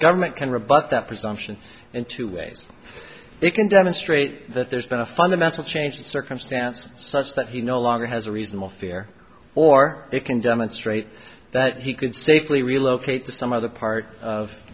government can rebut that presumption in two ways it can demonstrate that there's been a fundamental change in circumstance such that he no longer has a reasonable fear or it can demonstrate that he could safely relocate to some other part of